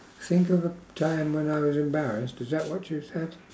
think of a time when I was embarrassed is that what you said